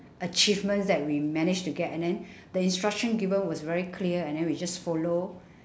achievements that we managed to get and then the instruction given was very clear and then we just follow